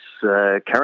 current